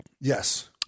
Yes